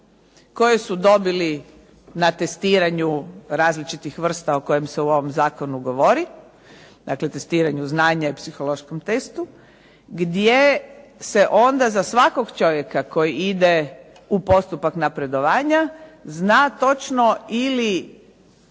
koje su dobili na testiranju različitih vrsta o kojem se u ovom zakonu govori, dakle testiranju znanja i psihološkom testu gdje se onda za svakog čovjeka koji ide u postupak napredovanja zna točno ili